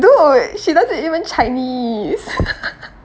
dude she doesn't even chinese